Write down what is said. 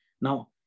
Now